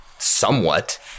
Somewhat